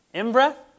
in-breath